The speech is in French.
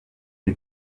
les